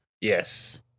Yes